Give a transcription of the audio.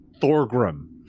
Thorgrim